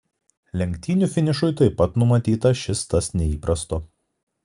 lenktynių finišui taip pat numatyta šis tas neįprasto